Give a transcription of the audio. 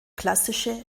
klassische